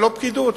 ולא הפקידות,